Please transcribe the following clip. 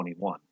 21